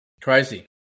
Crazy